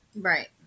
Right